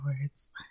words